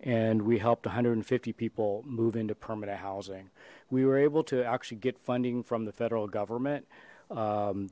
and we helped one hundred and fifty people move into permanent housing we were able to actually get funding from the federal government